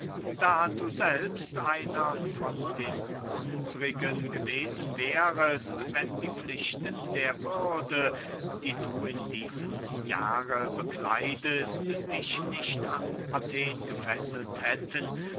da du selbst einer von den unsrigen gewesen wärest wenn die pflichten der würde die du in diesem jahre bekleidest dich nicht an athen gefesselt hätten